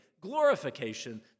glorification